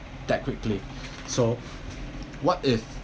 that quickly so what if